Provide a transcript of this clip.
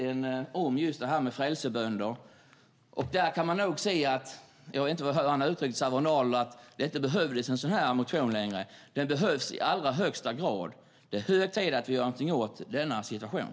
Jag tror att ni har fått den; de har skickat ut den. Jag vet inte hur von Arnold uttryckte sig - att det inte behövdes en sådan här motion längre. Den behövs i allra högsta grad. Det är hög tid att vi gör någonting åt denna situation.